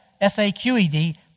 s-a-q-e-d